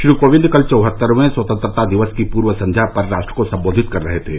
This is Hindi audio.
श्री कोविंद कल चौहत्तरवें स्वतंत्रता दिवस की पूर्व संध्या पर राष्ट्र को संबोधित कर रहे थे